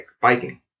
biking